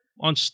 On